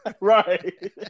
Right